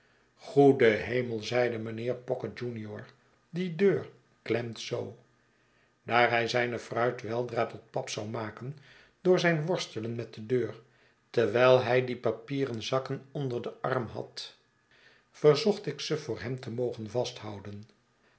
goede hemel zeide mijnheer pocket junior die deur klemt zoo i daar hij zijne fruit weldra tot pap zou maken door zijn worstelen met de deur terwijl hij die papieren zakken onder den arm had verzocht ik ze voor hem te mogen vasthouden